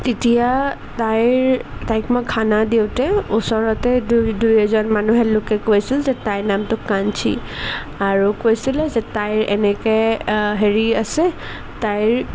তেতিয়া তাইৰ তাইক মই খানা দিওঁতে ওচৰতে দু দুই এজন মানুহে লোকে কৈছিল যে তাইৰ নামটো কাঞ্চী আৰু কৈছিলে যে তাইৰ এনেকৈ হেৰি আছে তাইৰ